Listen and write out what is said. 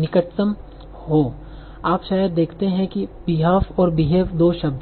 निकटतम हो आप शायद देखते हैं कि बीहाफ और बिहेव दो शब्द है